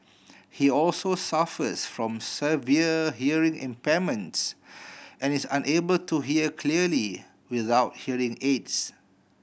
he also suffers from severe hearing impairments and is unable to hear clearly without hearing aids